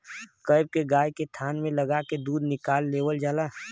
cap के गाय के थान में लगा के दूध निकाल लेवल जाला